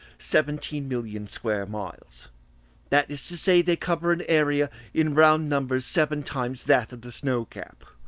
seventeen million square miles that is to say, they cover an area, in round numbers, seven times that of the snow-cap.